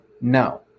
No